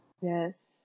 yes